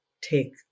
take